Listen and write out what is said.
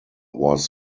was